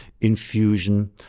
infusion